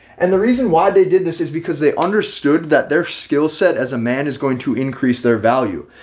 and the reason why they did this is because they understood that their skill set as a man is going to increase their value.